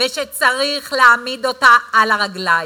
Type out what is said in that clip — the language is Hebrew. אם אני אצליח לסיים,